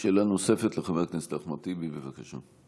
שאלה נוספת לחבר הכנסת אחמד טיבי, בבקשה.